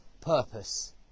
purpose